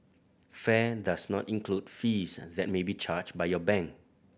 fare does not include fees and that may be charged by your bank